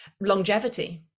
longevity